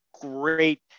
great